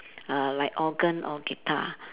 uh like organ or guitar